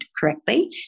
correctly